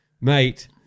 mate